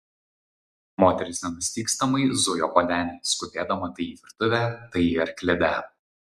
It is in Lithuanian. moteris nenustygstamai zujo po denį skubėdama tai į virtuvę tai į arklidę